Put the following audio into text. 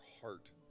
heart